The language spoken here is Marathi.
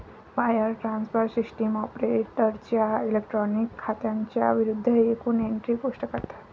वायर ट्रान्सफर सिस्टीम ऑपरेटरच्या इलेक्ट्रॉनिक खात्यांच्या विरूद्ध एकूण एंट्री पोस्ट करतात